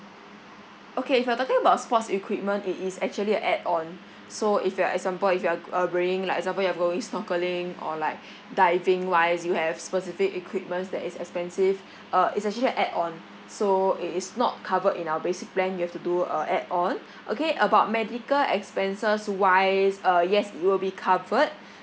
okay if you're talking about sports equipment it is actually a add on so if you're example if you're g~ uh bringing like example you are going snorkelling or like diving wise you have specific equipments that is expensive uh is actually a add on so it is not covered in our basic plan you have to do a add on okay about medical expenses wise uh yes you will be covered